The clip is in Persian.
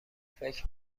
فکر